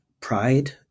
pride